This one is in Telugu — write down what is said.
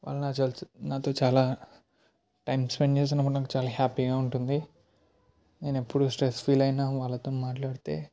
వాళ్ళు న చ నాతో చాలా టైం స్పెండ్ చేసినప్పుడు నాకు చాలా హ్యాపీగా ఉంటుంది నేను ఎప్పుడు స్ట్రెస్ ఫీలైన వాళ్ళతో మాట్లాడితే